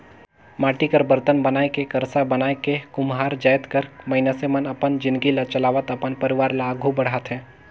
माटी कर बरतन बनाए के करसा बनाए के कुम्हार जाएत कर मइनसे मन अपन जिनगी ल चलावत अपन परिवार ल आघु बढ़ाथे